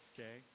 Okay